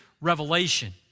revelation